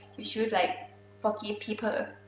you should like forgive people,